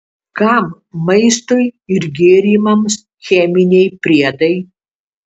kam maistui ir gėrimams cheminiai priedai